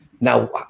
Now